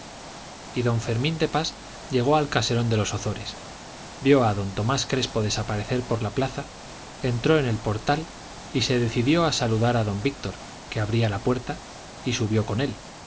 y don fermín de pas llegó al caserón de los ozores vio a don tomás crespo desaparecer por la plaza entró en el portal y se decidió a saludar a don víctor que abría la puerta y subió con él